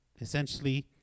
essentially